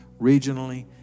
regionally